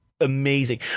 amazing